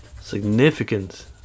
significant